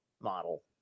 model